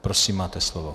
Prosím, máte slovo.